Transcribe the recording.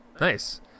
nice